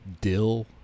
dill